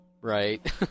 Right